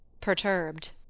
perturbed